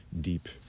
deep